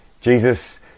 Jesus